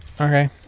okay